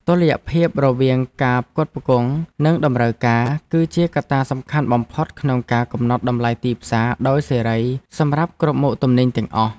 តុល្យភាពរវាងការផ្គត់ផ្គង់និងតម្រូវការ គឺជាកត្តាសំខាន់បំផុតក្នុងការកំណត់តម្លៃទីផ្សារដោយសេរីសម្រាប់គ្រប់មុខទំនិញទាំងអស់។